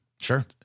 Sure